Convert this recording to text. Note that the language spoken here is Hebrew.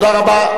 תודה רבה.